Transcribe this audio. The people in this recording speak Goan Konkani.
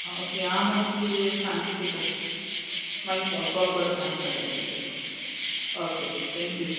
आं ओके हांव मागीर सांगता तुका मागीर फोन कॉल करून सांगता जाय जाल्यार ओके थँक्यू